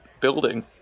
building